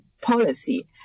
policy